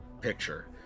picture